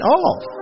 off